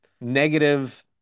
negative